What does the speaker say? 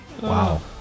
Wow